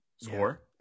Score